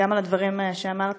גם על הדברים שאמרת,